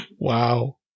Wow